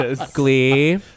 Glee